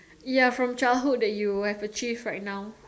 ya from childhood that you have achieved right now